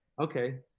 Okay